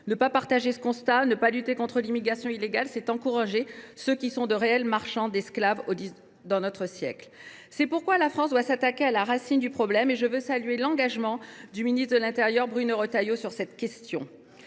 Refuser ce constat en ne luttant pas contre l’immigration illégale, c’est encourager ceux qui sont les marchands d’esclaves de notre siècle. C’est pourquoi la France doit s’attaquer à la racine du problème, et je veux saluer l’engagement du ministre de l’intérieur, Bruno Retailleau, sur cette question.